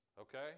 okay